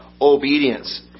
obedience